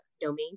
domain